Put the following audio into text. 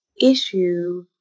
issue